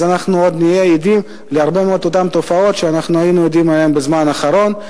אז נהיה עדים לכל אותן תופעות שהיינו עדים להן בזמן האחרון.